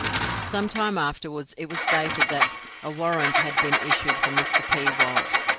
some time afterwards it was stated that a warrant had been issued for mr p. walsh,